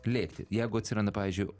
lėkti jeigu atsiranda pavyzdžiui